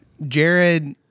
Jared